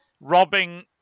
Robbing